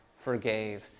forgave